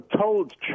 told